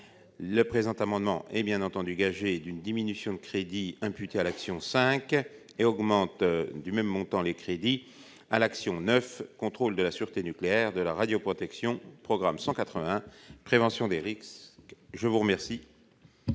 le présent amendement et bien entendu gagé d'une diminution de crédits imputé à l'action 5 et augmentent du même montant, les crédits à l'action 9, contrôle de la sûreté nucléaire, de la radioprotection programme 181, prévention des risques, je vous remercie.